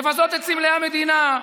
לבזות את סמלי המדינה,